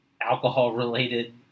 alcohol-related